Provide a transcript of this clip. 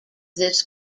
this